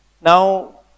Now